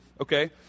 okay